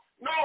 No